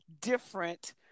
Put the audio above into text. different